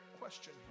question